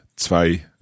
zwei